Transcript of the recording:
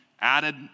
added